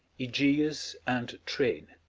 egeus, and train